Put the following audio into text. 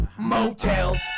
motels